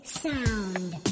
sound